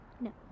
no